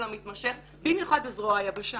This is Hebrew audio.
במיוחד בזרוע היבשה